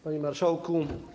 Panie Marszałku!